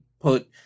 put